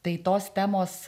tai tos temos